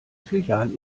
filiale